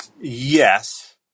yes